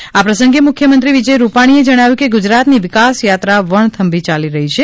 byte Amit Shah આ પ્રસગે મુખ્યમંત્રી વિજય રૂપાણીએ જણાવ્યુ કે ગુજરાતની વિકાસયાત્રા વણથંભી યાલી રહી છે